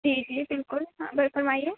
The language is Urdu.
جی جی بالکل اور فرمائیے